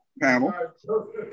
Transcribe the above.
panel